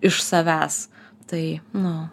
iš savęs tai nu